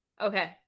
okay